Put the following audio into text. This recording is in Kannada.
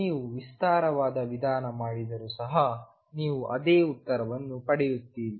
ನೀವು ವಿಸ್ತಾರವಾದ ವಿಧಾನ ಮಾಡಿದರೂ ಸಹ ನೀವು ಅದೇ ಉತ್ತರವನ್ನು ಪಡೆಯುತ್ತೀರಿ